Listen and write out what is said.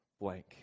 blank